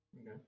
Okay